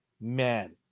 man